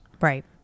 Right